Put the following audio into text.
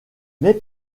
mais